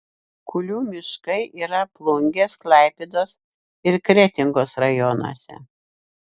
kulių miškai yra plungės klaipėdos ir kretingos rajonuose